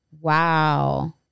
Wow